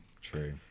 true